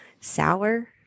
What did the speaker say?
sour